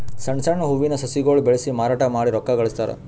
ಸಣ್ಣ್ ಸಣ್ಣ್ ಹೂವಿನ ಸಸಿಗೊಳ್ ಬೆಳಸಿ ಮಾರಾಟ್ ಮಾಡಿ ರೊಕ್ಕಾ ಗಳಸ್ತಾರ್